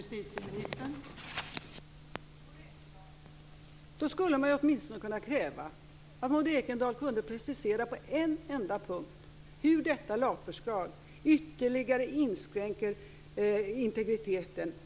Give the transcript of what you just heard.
Fru talman! Då skulle man åtminstone kunna kräva att Maud Ekendahl på en enda punkt kunde precisera hur detta lagförslag ytterligare kränker integriteten.